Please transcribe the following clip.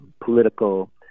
political